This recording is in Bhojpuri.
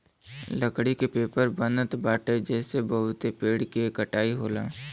लकड़ी के पेपर बनत बाटे जेसे बहुते पेड़ के कटाई होला